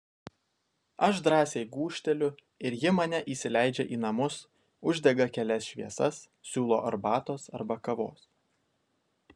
aš drąsiai gūžteliu ir ji mane įsileidžia į namus uždega kelias šviesas siūlo arbatos arba kavos